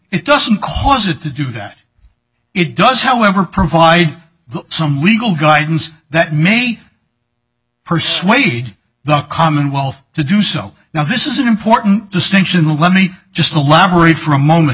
it doesn't cause it to do that it does however provide some legal guidance that may persuade the commonwealth to do so now this is an important distinction let me just elaborate for a moment